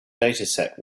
dataset